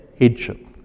headship